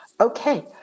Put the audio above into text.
Okay